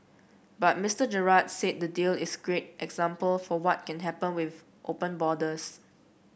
but Mister Gerard said the deal is a great example for what can happen with open borders